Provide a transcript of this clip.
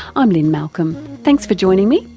i'm lynne malcolm, thanks for joining me,